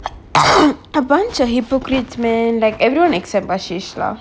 a bunch of hypocrites man like everyone except ashey lah